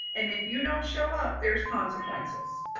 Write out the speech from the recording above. and if you don't show up, there's consequences.